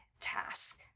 task